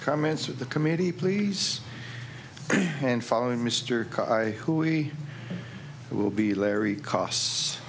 comments at the committee please and following mr carr i who we will be larry costs